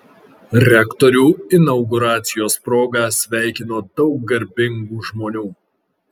rektorių inauguracijos proga sveikino daug garbingų žmonių